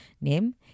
name